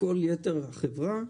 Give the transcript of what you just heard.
כל יתר החברה,